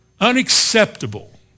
Unacceptable